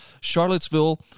Charlottesville